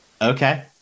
okay